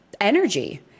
energy